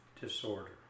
disorder